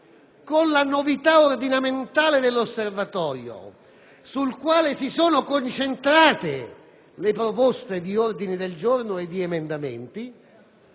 con la novità ordinamentale dell'Osservatorio, sul quale si sono concentrate le proposte di ordini del giorno e di emendamenti,